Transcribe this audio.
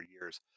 years